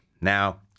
Now